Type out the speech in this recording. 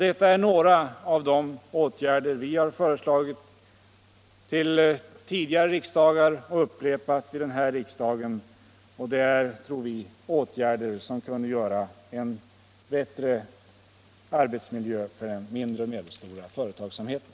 Detta är några av de åtgärder vi har föreslagit vid tidigare riksdagar och upprepat vid det här riksmötet. Det är, tror vi, åtgärder som kunde medföra en bättre arbetsmiljö för den mindre och medelstora företagsamheten.